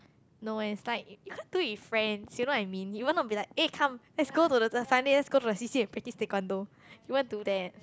no eh it's like you can't do it with friends you know what I mean you won't be like eh come let's go to the Sunday let's go to the C_C and practice taekwondo you won't do that